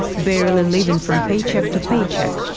barely living from paycheck to paycheck.